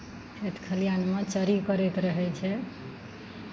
खेत खलिआनमे चरी करैत रहै छै